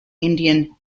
indian